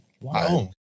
Wow